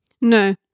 no